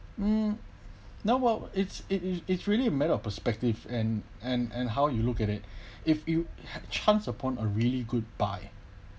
um now well it's it is it's really a matter of perspective and and and how you look at it if you had a chance upon a really good buy